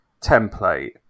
template